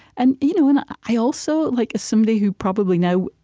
and you know and i also, like as somebody who probably now,